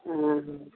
हँ